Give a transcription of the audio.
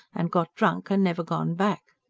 and got drunk, and never gone back.